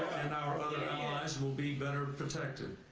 and our other allies will be better protected.